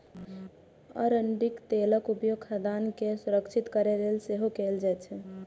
अरंडीक तेलक उपयोग खाद्यान्न के संरक्षित करै लेल सेहो कैल जाइ छै